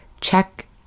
check